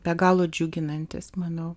be galo džiuginantis manau